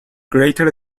greater